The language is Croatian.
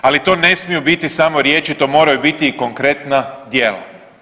Ali to ne smiju biti samo riječi, to moraju biti i konkretna djela.